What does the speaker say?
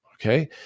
okay